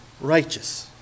righteous